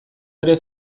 ere